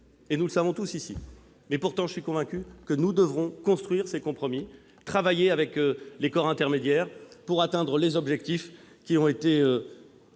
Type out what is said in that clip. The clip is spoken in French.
Nous le savons tous ici. Pourtant, je suis convaincu que nous devrons construire ces compromis et travailler avec les corps intermédiaires pour atteindre les objectifs qui ont été